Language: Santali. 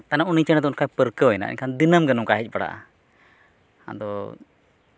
ᱛᱟᱭᱱᱚᱢ ᱩᱱᱤ ᱪᱮᱬᱮ ᱫᱚ ᱚᱱᱠᱟᱭ ᱯᱟᱹᱨᱠᱟᱹᱣᱮᱱᱟ ᱮᱱᱠᱷᱟᱱ ᱫᱤᱱᱟᱹᱢ ᱜᱮ ᱱᱚᱝᱠᱟᱭ ᱦᱮᱡ ᱵᱟᱲᱟᱜᱼᱟ ᱟᱫᱚ